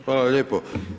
Hvala lijepo.